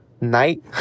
night